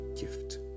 gift